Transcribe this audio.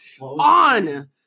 on